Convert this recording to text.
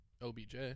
OBJ